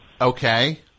Okay